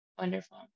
Wonderful